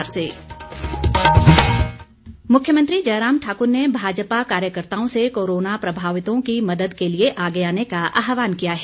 मुख्यमंत्री मुख्यमंत्री जयराम ठाक्र ने भाजपा कार्यकताओं से कोरोना प्रभावित की मदद के लिए आगे आने का आहवान किया है